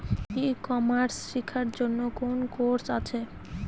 ই commerce শেক্ষার জন্য কোন কোর্স আছে?